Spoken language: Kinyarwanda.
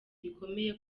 bikomeye